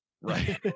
Right